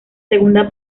segunda